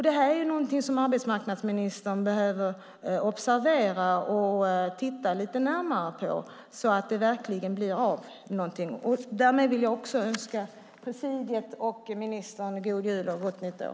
Det här är någonting som arbetsmarknadsministern behöver observera och titta lite närmare på, så att det verkligen blir någonting av det. Därmed vill jag önska presidiet och ministern en god jul och ett gott nytt år.